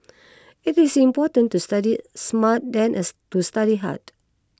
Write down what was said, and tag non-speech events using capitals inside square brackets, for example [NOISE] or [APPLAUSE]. it is important to study smart than a [NOISE] to study hard